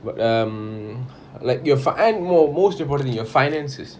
but um like your fina~ mo~ most importantly your finances